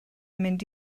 mynd